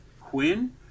quinn